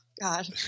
God